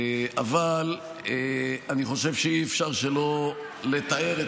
אבל אני חושב שאי-אפשר שלא לתאר את